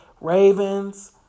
Ravens